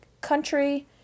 country